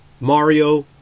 Mario